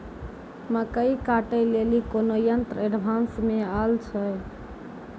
मकई कांटे ले ली कोनो यंत्र एडवांस मे अल छ?